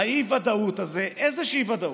האי-ודאות הזה איזושהי ודאות.